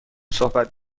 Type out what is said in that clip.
صحبت